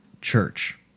church